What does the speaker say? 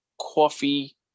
coffee